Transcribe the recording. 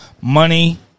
money